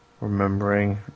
remembering